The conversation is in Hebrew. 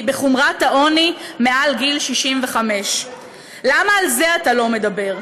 בחומרת העוני מעל גיל 65. למה על זה אתה לא מדבר?